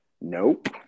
nope